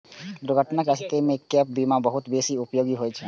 दुर्घटनाक स्थिति मे गैप बीमा बहुत बेसी उपयोगी होइ छै